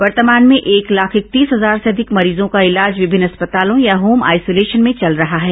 वर्तमान में एक लाख इकतीस हजार से अधिक मरीजों का इलाज विभिन्न अस्पतालों या होम आइसोलेशन में चल रहा है